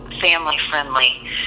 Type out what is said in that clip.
family-friendly